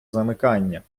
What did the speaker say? замикання